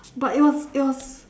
but it was it was